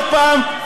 עוד פעם,